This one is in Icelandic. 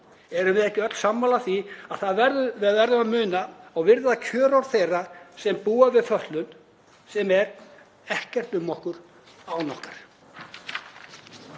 Erum við ekki öll sammála því að við verðum að muna og virða kjörorð þeirra sem búa við fötlun, sem er: Ekkert um okkur án okkar?